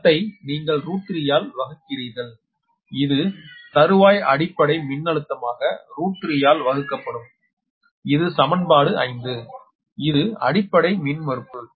தளத்தை நீங்கள் 3 ஆல் வகுக்கிறீர்கள் இது தறுவாய் அடிப்படை மின்னழுத்தமாக 3 ஆல் வகுக்கப்படும் இது சமன்பாடு 5 இது அடிப்படை மின்மறுப்பு